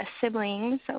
siblings